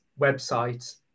website